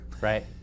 right